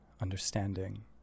understanding